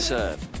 Serve